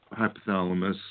hypothalamus